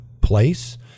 place